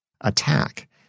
attack